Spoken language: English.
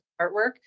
artwork